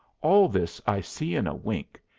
all this i see in a wink,